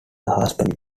husband